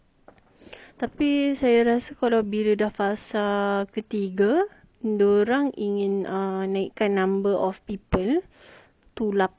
tapi saya rasa kalau bila dah fasa ketiga dia orang in naikkan number of people to lapan